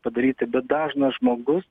padaryti bet dažnas žmogus